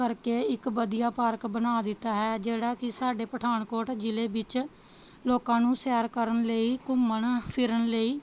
ਕਰਕੇ ਇੱਕ ਵਧੀਆ ਪਾਰਕ ਬਣਾ ਦਿੱਤਾ ਹੈ ਜਿਹੜਾ ਕਿ ਸਾਡੇ ਪਠਾਨਕੋਟ ਜ਼ਿਲ੍ਹੇ ਵਿੱਚ ਲੋਕਾਂ ਨੂੰ ਸੈਰ ਕਰਨ ਲਈ ਘੁੰਮਣ ਫਿਰਨ ਲਈ